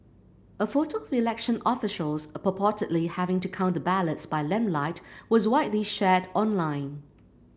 a photo of election officials purportedly having to count the ballots by lamplight was widely shared online